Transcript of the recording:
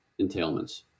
entailments